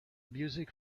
music